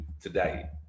today